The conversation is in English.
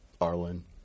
Arlen